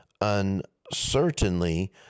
uncertainly